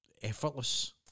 Effortless